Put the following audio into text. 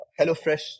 HelloFresh